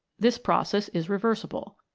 this process is reversible.